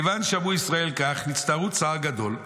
"כיוון ששמעו ישראל כך, נצטערו צער גדול.